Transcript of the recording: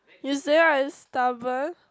you say I stubborn